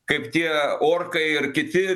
kaip tie orkai ir kiti